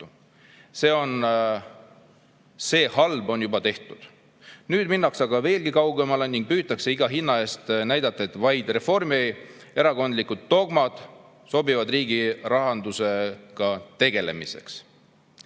See halb on juba tehtud. Nüüd minnakse aga veelgi kaugemale ning püütakse iga hinna eest näidata, et vaid reformierakondlikud dogmad sobivad riigi rahandusega tegelemiseks.